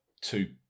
two